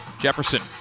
Jefferson